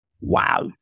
wow